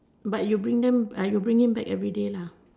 but you bring them ah you bring him back everyday lah